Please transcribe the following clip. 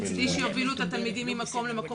מצדי שיובילו את התלמידים ממקום למקום,